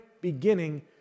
beginning